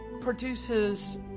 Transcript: produces